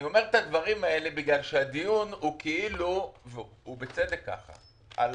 אני אומר את הדברים האלה מכיוון שהדיון הוא בצדק על המכשירים,